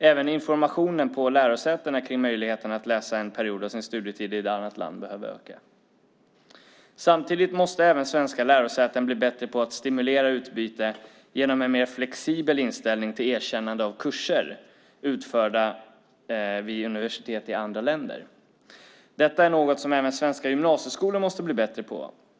Även informationen på lärosätena om möjligheten att läsa en period av sin studietid i ett annat land behöver öka. Samtidigt måste även svenska lärosäten bli bättre på att stimulera utbyte genom en mer flexibel inställning till erkännande av kurser utförda vid universitet i andra länder. Detta är något som även svenska gymnasieskolor måste bli bättre på.